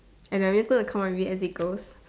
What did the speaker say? and I'm just going to come out of it and say girls